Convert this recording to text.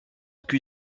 cul